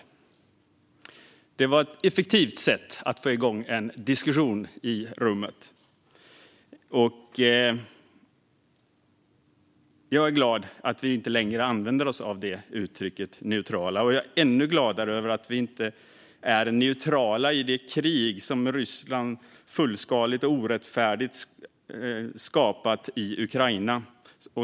Detta var ett effektivt sätt att få igång en diskussion i rummet. Jag är glad över att vi inte längre använder oss av uttrycket neutrala. Jag är ännu gladare över att vi inte är neutrala i det krig som Ryssland fullskaligt och orättfärdigt har skapat i Ukraina.